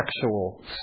sexual